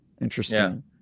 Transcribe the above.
Interesting